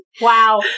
wow